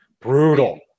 brutal